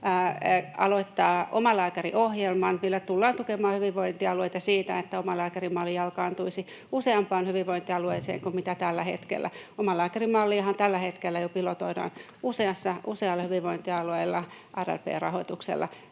aloittaa Omalääkäri-ohjelman, millä tullaan tukemaan hyvinvointialueita siinä, että omalääkärimalli jalkautuisi useampaan hyvinvointialueeseen kuin tällä hetkellä. Omalääkärimalliahan tällä hetkellä jo pilotoidaan usealla hyvinvointialueella RRP-rahoituksella.